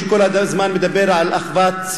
שכל הזמן מדבר אחווה,